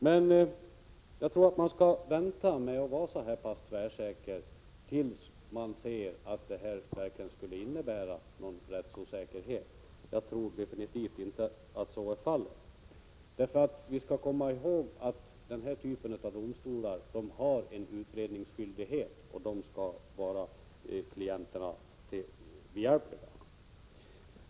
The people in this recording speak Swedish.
Man skall nog vänta med att vara så tvärsäker tills man ser att ändringen verkligen innebär någon rättsosäkerhet. Jag tror definitivt inte att så är fallet. Vi skall komma ihåg att denna typ av domstolar har utredningsskyldighet, och de skall vara parterna behjälpliga.